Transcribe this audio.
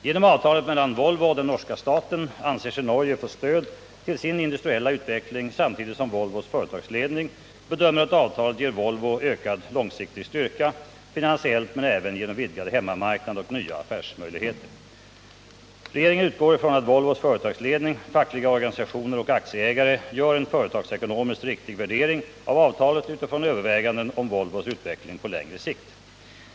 Genom avtalet mellan Volvo och norska staten anser sig Norge få stöd till sin industriella utveckling samtidigt som Volvos företagsledning bedömer att avtalet ger Volvo ökad långsiktig styrka, finansiellt men även genom vidgad hemmamarknad och nya affärsmöjligheter. Regeringen utgår ifrån att Volvos företagsledning, fackliga organisationer och aktieägare gör en företagsekonomisk riktig värdering av avtalet utifrån överväganden om Volvos utveckling på längre sikt.